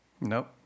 Nope